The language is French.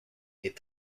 est